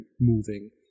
moving